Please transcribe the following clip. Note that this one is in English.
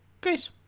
Great